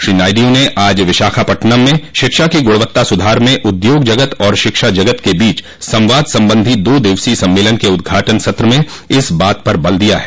श्री नायडू ने आज विशाखापट्नम् में शिक्षा की गुणवत्ता सुधार में उद्योग जगत और शिक्षा जगत के बीच संवाद संबंधी दो दिवसीय सम्मेलन के उद्घाटन सत्र में इस बात पर बल दिया है